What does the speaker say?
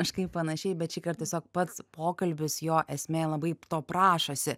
kažkaip panašiai bet šįkart tiesiog pats pokalbis jo esmė labai to prašosi